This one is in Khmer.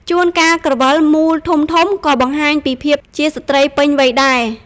ជួនកាលក្រវិលមូលធំៗ ក៏បង្ហាញពីភាពជាស្ត្រីពេញវ័យដែរ។